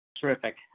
Terrific